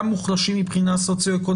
ממילא יוציאו את הכל.